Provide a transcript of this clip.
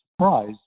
surprise